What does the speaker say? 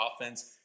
offense